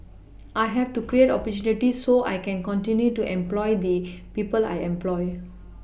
I have to create opportunity so I can continue to employ the people I employ